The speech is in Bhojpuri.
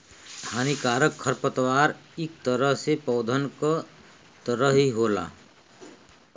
हानिकारक खरपतवार इक तरह से पौधन क तरह ही होला